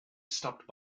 stopped